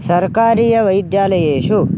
सर्कारीयवैद्यालयेषु